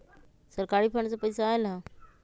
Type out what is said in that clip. सरकारी फंड से पईसा आयल ह?